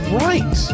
right